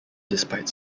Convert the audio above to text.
despite